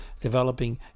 developing